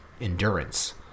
endurance